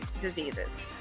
diseases